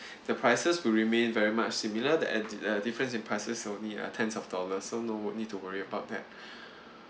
the prices will remain very much similar the and uh difference in prices only uh tens of dollars so no wo~ need to worry about that